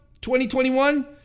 2021